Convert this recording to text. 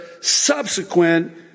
subsequent